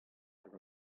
hag